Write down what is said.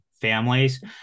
families